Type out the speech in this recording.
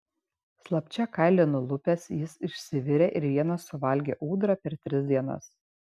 slapčia kailį nulupęs jis išsivirė ir vienas suvalgė ūdrą per tris dienas